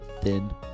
Thin